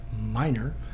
minor